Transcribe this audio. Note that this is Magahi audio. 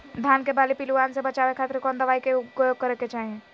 धान के बाली पिल्लूआन से बचावे खातिर कौन दवाई के उपयोग करे के चाही?